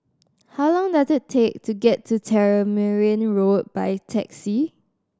how long does it take to get to Tamarind Road by taxi